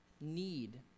need